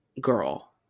girl